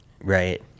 Right